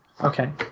Okay